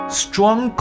strong